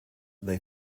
they